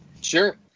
sure